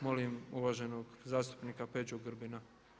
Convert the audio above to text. Molim uvaženog zastupnika Peđu Grbina.